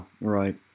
right